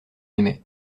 aimait